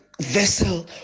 vessel